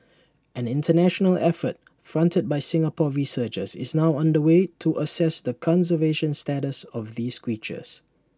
an International effort fronted by Singapore researchers is now under way to assess the conservation status of these creatures